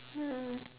mm